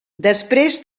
després